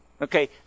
Okay